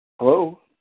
Hello